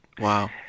Wow